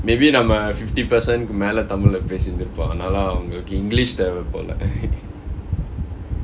maybe நம்ம:namma fifty percent மேல தமிழ்ல பேசிந்திர்கலாம் அதுனால அவங்களுக்கு:mela tamilla pesinthirkalaam athunaala avangalukku english lah வேனும் போல:venum pola